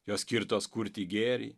jos skirtos kurti gėrį